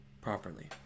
properly